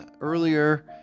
earlier